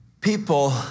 People